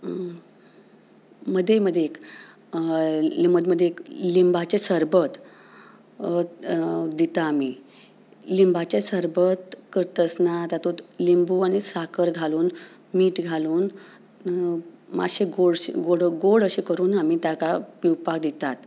मदीं मदीं मद मदीं एक लिंबाचें सरबत दिता आमी लिंबाचें सरबत करतासतना तातूंत लिंबू आनी साकर घालून मीठ घालून मातशें गोड अशें करून आमी ताका पिवपाक दितात